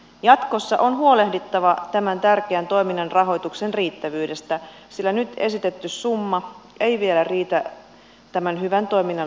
jatkossa on huolehdittava tämän tärkeän toiminnan rahoituksen riittävyydestä sillä nyt esitetty summa ei vielä riitä tämän hyvän toiminnan laajentamiseen